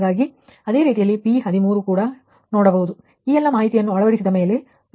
ಹಾಗಾಗಿ ಅದೇ ರೀತಿ P13 ಕೂಡ ಇದನ್ನು ನೋಡಬಹುದು ಮತ್ತು ಎಲ್ಲಾ ಮಾಹಿತಿಯನ್ನು ಅಳವಡಿಸಿದ ಮೇಲೆ ನಿಮಗೆ ಸಿಗುತ್ತದೆ